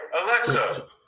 Alexa